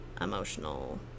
emotional